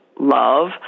love